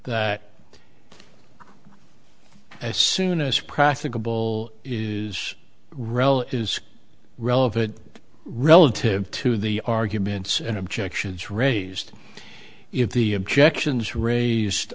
that as soon as practicable is relit is relevant relative to the arguments and objections raised if the objections raised